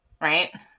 right